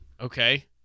Okay